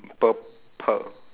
purple